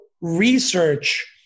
research